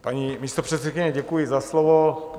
Paní místopředsedkyně, děkuji za slovo.